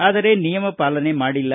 ಆದರೆ ನಿಯಮ ಪಾಲನೆ ಮಾಡಿಲ್ಲ